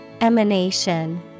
Emanation